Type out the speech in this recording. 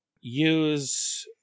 Use